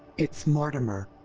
it's mortimer.